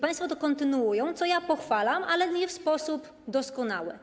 Państwo to kontynuują, co ja pochwalam, ale nie w sposób doskonały.